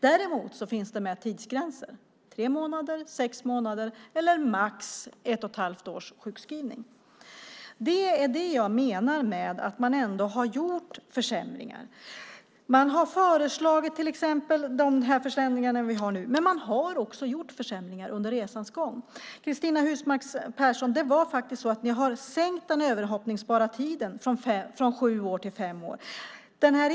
Däremot finns det med tidsgränser, nämligen tre månaders, sex månaders eller max ett och ett halvt års sjukskrivning. Det är detta jag menar med att man ändå har gjort försämringar. Man har föreslagit de försämringar vi har nu, och man har också gjort försämringar under resans gång. Ni har faktiskt sänkt den överhoppningsbara tiden från sju år till fem år, Cristina Husmark Pehrsson.